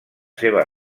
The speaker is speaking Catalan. seva